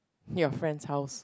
your friend's house